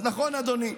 אז נכון, אדוני,